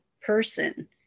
person